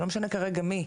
לא משנה כרגע מי,